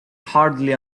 hardly